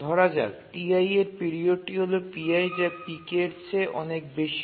ধরা যাক Ti এর পিরিয়ডটি হল Pi যা Pk চেয়ে অনেক বেশি